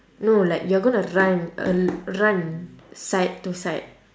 no like you're gonna run uh run side to side